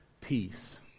peace